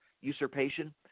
usurpation